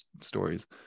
stories